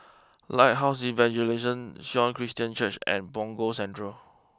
Lighthouse Evangelism Sion Christian Church and Punggol Central